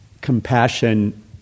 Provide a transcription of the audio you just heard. compassion